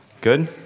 Good